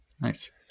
Nice